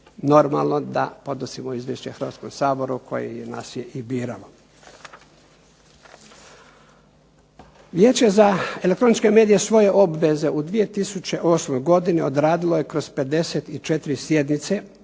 Normalno da podnosimo izvješće Hrvatskom saboru koje nas je i biralo. Vijeće za elektroničke medije svoje obveze u 2008. godini odradilo je kroz 54 sjednice